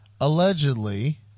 Allegedly